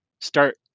start